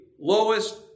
lowest